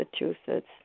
Massachusetts